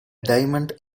diamond